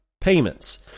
payments